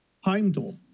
Heimdall